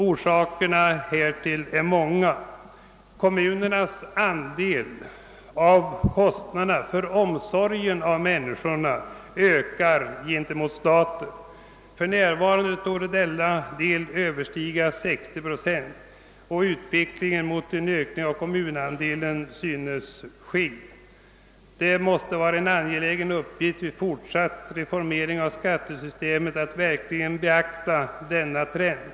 Orsakerna härtill är många. Kommunernas andel av kostnaderna för omsorgen om människorna ökar gentemot staten. För närvarande torde denna andel överstiga 60 procent, och utvecklingen går mot en fortsatt ökning. Det måste vara en viktig uppgift vid fortsatt reformering av skattesystemet att verkligen beakta denna trend.